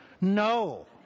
No